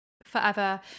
Forever